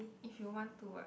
if you want to ah